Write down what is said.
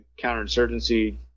counterinsurgency